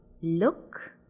look